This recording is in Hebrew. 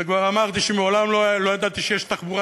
וכבר אמרתי שמעולם לא ידעתי שיש תחבורה